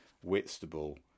Whitstable